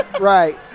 right